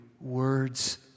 words